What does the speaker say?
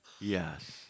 Yes